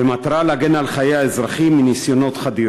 במטרה להגן על חיי האזרחים מניסיונות חדירה.